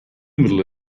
middle